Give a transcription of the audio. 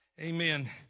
Amen